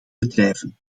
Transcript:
bedrijven